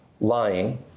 lying